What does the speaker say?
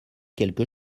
quelque